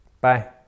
Bye